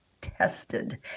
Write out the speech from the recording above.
tested